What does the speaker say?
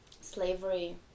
slavery